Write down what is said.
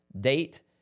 date